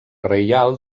reial